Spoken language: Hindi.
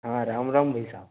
हाँ राम राम भाई साहब